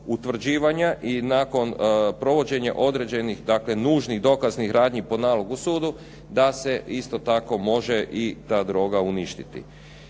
utvrđivanja i nakon provođenja određenih, dakle nužnih dokaznih radnji po nalogu sudu da se isto tako može i ta droga uništiti.